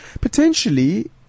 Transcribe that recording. potentially